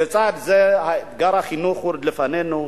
לצד זה, אתגר החינוך עוד לפנינו.